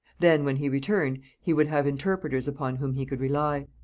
then, when he returned, he would have interpreters upon whom he could rely.